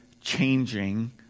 changing